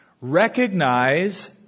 Recognize